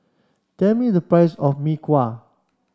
tell me the price of Mee Kuah